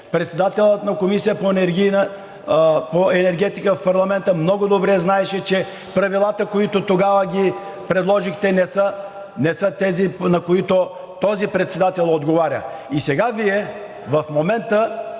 Председателят на Комисията по енергетика в парламента много добре знаеше, че правилата, които тогава ги предложихте, не са тези, на които този председател отговаря. И сега Вие в момента,